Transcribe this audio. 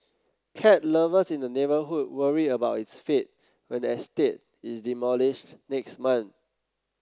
cat lovers in the neighbourhood worry about its fate when the estate is demolished next month